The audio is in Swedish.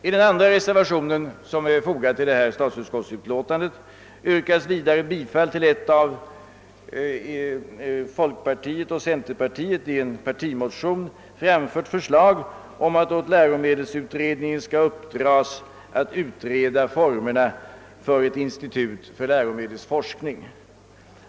I den andra reservationen som fogats till detta statsutskottsutlåtande yrkas vidare bifall till ett av folkpartiet och centerpartiet i en partimotion framfört förslag om att åt läromedelsutredningen uppdra att utreda formerna för ett institut för läromedelsforskning.